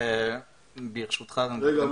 רגע.